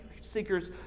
seekers